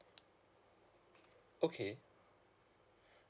okay